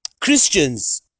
christians